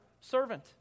servant